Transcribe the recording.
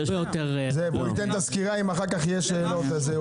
בבקשה תנו